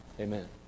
Amen